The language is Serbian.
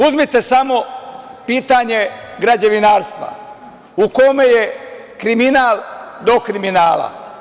Uzmite samo pitanje građevinarstva u kome je kriminal do kriminala.